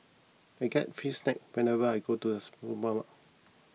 I get free snacks whenever I go to the